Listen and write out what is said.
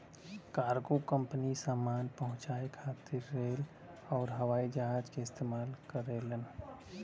cargo company सामान पहुंचाये खातिर रेल आउर हवाई जहाज क इस्तेमाल करलन